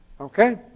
okay